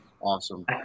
awesome